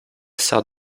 sert